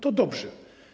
To dobrze.